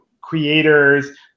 creators